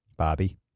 Bobby